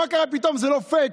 מה קרה, פתאום זה לא פייק?